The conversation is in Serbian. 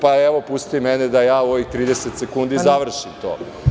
Pa, evo pustite mene da ja u ovih 30 sekundi završim to.